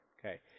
Okay